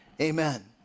Amen